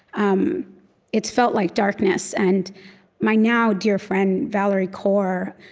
um it's felt like darkness. and my now-dear friend, valerie kaur,